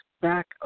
back